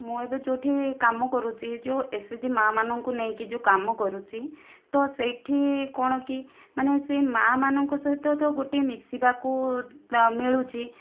ମୁଁ ଏବେ ଯେଉଁଠି କାମ କରୁଛି ଯେଉଁ ଏସଏସଜି ମା' ମାନଙ୍କୁ ନେଇ ଯେଉଁ କାମ କରୁଛି ତ ସେଇଠି କଣ କି ମାନେ ସେ ମା'ମାନଙ୍କ ସହିତ ତ ଗୋଟିଏ ମିଶିବାକୁ ତ ମିଳୁଛି